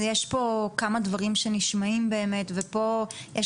יש פה כמה דברים שנשמעים באמת ופה יש